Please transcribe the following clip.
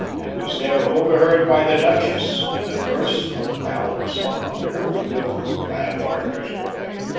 and was there overheard by the duchess in a verse of the ballad sung under her window by a gardener's boy.